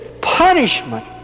punishment